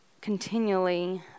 continually